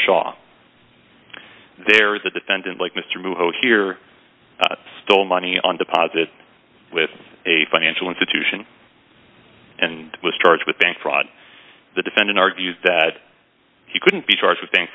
shaw there is a defendant like mr who here stole money on deposit with a financial institution and was charged with bank fraud the defendant argues that he couldn't be charged with bank